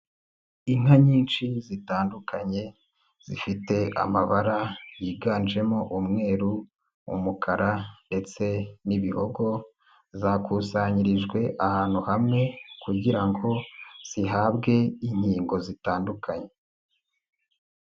Inka nyinshi zitandukanye, zifite amabara yiganjemo umweru, umukara ndetse n'ibihogo, zakusanyirijwe ahantu hamwe, kugira ngo zihabwe inkingo zitandukanye.